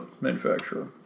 manufacturer